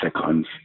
seconds